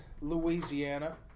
Louisiana